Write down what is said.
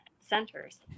centers